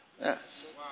Yes